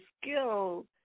skill